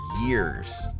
years